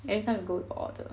everytime we go we got order